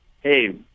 hey